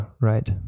right